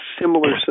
similar